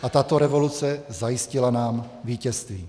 a tato revoluce zajistila nám vítězství.